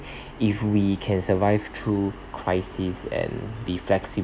if we can survive through crises and be flexible